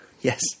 yes